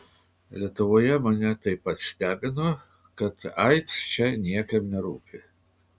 lietuvoje mane taip pat stebino kad aids čia niekam nerūpi